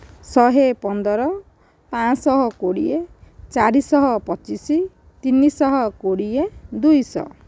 ଶହେ ପନ୍ଦର ପାଞ୍ଚ ଶହ କୋଡ଼ିଏ ଚାରିଶହ ପଚିଶ ତିନିଶହ କୋଡ଼ିଏ ଦୁଇଶହ